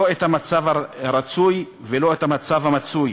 לא את המצב הרצוי ולא את המצב המצוי.